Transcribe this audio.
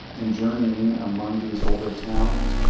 in journeying among these older towns,